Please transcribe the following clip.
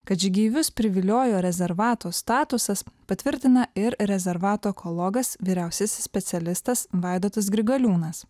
kad žygeivius priviliojo rezervato statusas patvirtina ir rezervato ekologas vyriausiasis specialistas vaidotas grigaliūnas